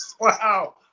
wow